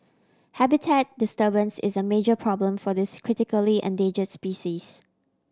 habitat disturbance is a major problem for this critically endanger species